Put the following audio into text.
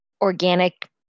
organic